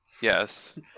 Yes